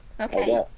Okay